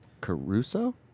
Caruso